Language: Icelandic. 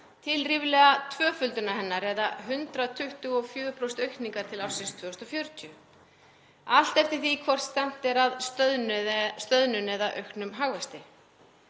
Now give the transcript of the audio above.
til ríflega tvöföldunar hennar eða 124% aukningar fram til ársins 2040, allt eftir því hvort stefnt er að stöðnun eða auknum hagvexti.